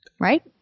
Right